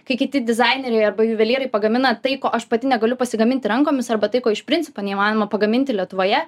kai kiti dizaineriai arba juvelyrai pagamina tai ko aš pati negaliu pasigaminti rankomis arba tai ko iš principo neįmanoma pagaminti lietuvoje